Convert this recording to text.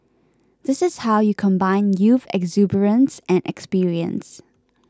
this is how you combine youth exuberance and experience